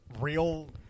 real